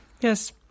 Yes